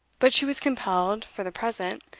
but she was compelled, for the present,